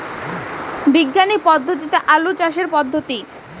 বিজ্ঞানিক পদ্ধতিতে আলু চাষের পদ্ধতি?